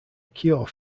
cure